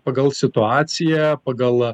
pagal situaciją pagal